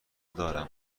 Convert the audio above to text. دارم